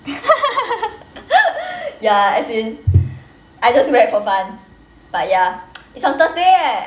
ya as in I just wear it for fun but ya it's on thursday eh